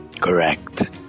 Correct